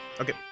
Okay